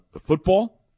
football